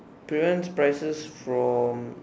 prevents prices from